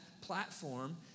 platform